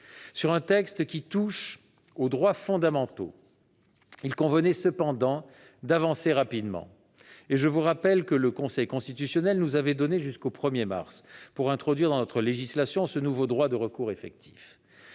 Sur un texte qui touche aux droits fondamentaux, il convenait cependant d'avancer rapidement. Au reste, je vous rappelle que le Conseil constitutionnel nous avait donné jusqu'au 1 mars pour introduire dans notre législation ce nouveau droit de recours effectif.